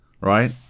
right